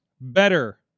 better